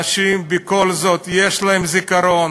אנשים בכל זאת, יש להם זיכרון,